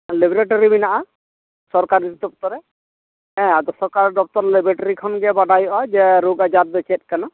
laboratory ᱢᱮᱱᱟᱜᱼᱟ ᱥᱚᱨᱠᱟᱨᱤ ᱫᱚᱯᱛᱚᱨ ᱨᱮ ᱦᱮᱸ ᱟᱫᱚ ᱥᱚᱨᱠᱟᱨᱤ ᱫᱚᱯᱛᱚᱨ ᱞᱮᱵᱨᱮᱴᱚᱨᱤ ᱠᱷᱚᱱ ᱜᱮ ᱟᱫᱚ ᱵᱟᱰᱟᱭᱜᱼᱟ ᱡᱮ ᱨᱳᱜᱽ ᱟᱡᱟᱨ ᱫᱚ ᱪᱮᱫ ᱠᱟᱱᱟ